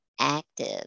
active